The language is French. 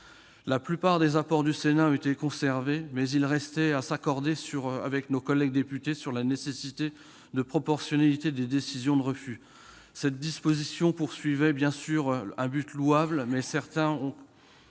La plupart des apports du Sénat ont été conservés. Il restait à s'accorder avec nos collègues députés sur la nécessité de proportionnalité des décisions de refus. Cette disposition visait un but louable, mais certains ont